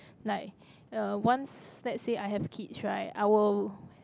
like uh once let's say I have kids right I will